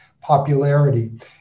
popularity